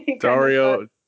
Dario